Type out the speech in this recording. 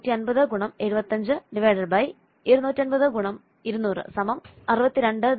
5 100 ഗുണം 200 അധികം 150 ഗുണം 75 ഹരിക്കണം 250 ഗുണം 200 സമം 62